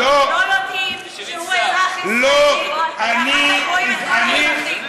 לא יודעים שהוא אזרח ישראל ואחר כך רואים את כל האזרחים.